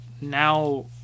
now